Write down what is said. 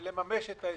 לממש את ההסכם.